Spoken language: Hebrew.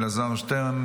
אלעזר שטרן,